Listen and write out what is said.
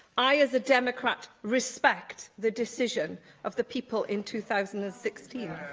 i, as a democrat, respect the decision of the people in two thousand and sixteen,